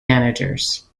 managers